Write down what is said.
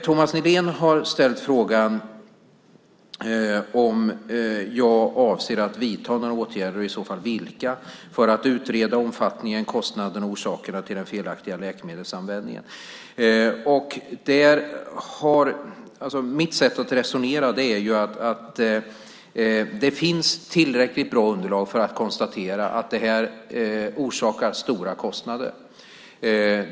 Thomas Nihlén har ställt frågan om jag avser att vidta några åtgärder och i så fall vilka för att utreda omfattningen, kostnaderna och orsakerna till den felaktiga läkemedelsanvändningen. Mitt sätt att resonera är att det finns tillräckligt bra underlag för att konstatera att detta orsakar stora kostnader.